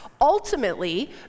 Ultimately